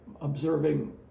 observing